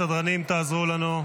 סדרנים, תעזרו לנו.